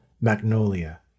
Magnolia